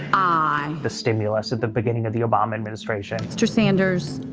aye. the stimulus at the beginning of the obama administration. mr. sanders,